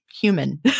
human